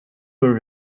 were